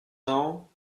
now